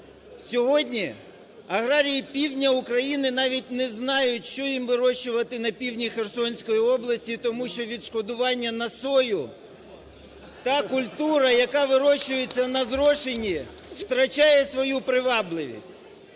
Сьогодні аграрії півдня України навіть не знають, що їм вирощувати на півдні Херсонської області, тому що відшкодування на сою – та культура, яка вирощується на зрошені, втрачає свою привабливість.